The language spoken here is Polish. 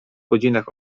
godzinach